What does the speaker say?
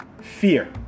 fear